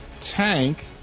Tank